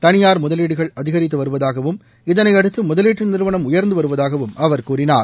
தனியார் முதலீடுகள் அதிகரித்து வருவதாகவும் இதனையடுத்து முதலீட்டு நிறுவனம் உயர்ந்து வருவதாகவும் அவர் கூறினார்